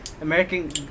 American